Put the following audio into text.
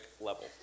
level